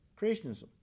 creationism